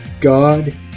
god